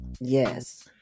Yes